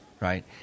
right